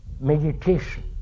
meditation